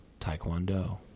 Taekwondo